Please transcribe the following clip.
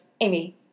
Amy